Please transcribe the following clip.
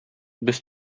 без